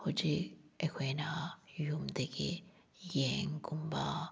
ꯍꯧꯖꯤꯛ ꯑꯩꯈꯣꯏꯅ ꯌꯨꯝꯗꯒꯤ ꯌꯦꯟꯒꯨꯝꯕ